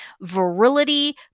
virility